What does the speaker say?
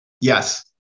Yes